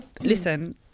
listen